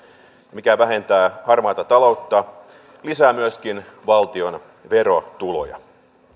mikä vähentää harmaata taloutta lisää myöskin valtion verotuloja